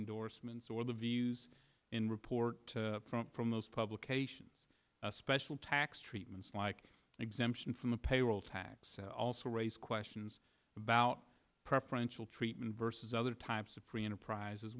endorsements or the views in report from those publications a special tax treatments like an exemption from the payroll tax and also raise questions about preferential treatment versus other types of free enterprise as